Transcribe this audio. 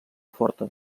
forta